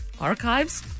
Archives